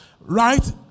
right